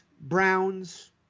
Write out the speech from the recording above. Browns